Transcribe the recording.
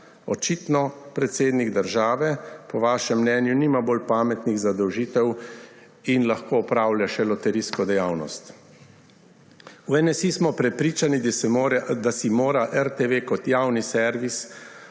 Očitno predsednik države po vašem mnenju nima bolj pametnih zadolžitev in lahko opravlja še loterijsko dejavnost. V NSi smo prepričani, da si mora RTV kot javni servis